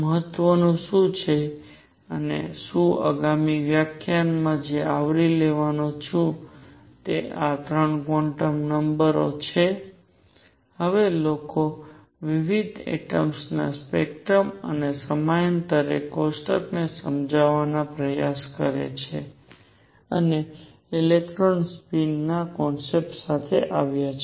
મહત્ત્વનું શું છે અને હું આગામી વ્યાખ્યાનમાં જે આવરી લેવાનો છું તે આ 3 ક્વોન્ટમ નંબર ઓ છે હવે લોકો વિવિધ એટમ્સ ના સ્પેક્ટ્રમઅને સમયાંતરે કોષ્ટકને સમજાવવાનો પ્રયાસ કરે છે અને ઇલેક્ટ્રોન સ્પિનના કોન્સૈપ્ટ સાથે આવ્યા છે